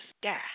sky